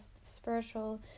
spiritual